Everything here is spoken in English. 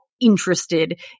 interested